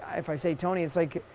if i say tony. it's like.